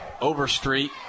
Overstreet